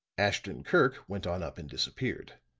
ashton-kirk went on up and disappeared.